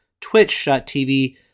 twitch.tv